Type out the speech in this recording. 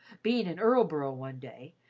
being in erleboro one day,